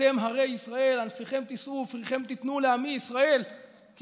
"ואתם הרי ישראל ענפכם תתנו ופריכם תשאו לעמי ישראל כי